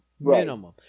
minimum